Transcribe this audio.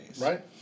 Right